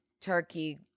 turkey